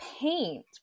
paint